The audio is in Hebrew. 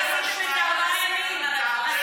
עשיתם את זה ארבעה ימים.